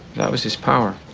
that was his power